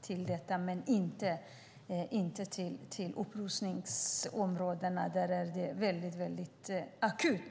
till detta men inte till upprustningsområdena, där det är väldigt akut?